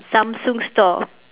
samsung store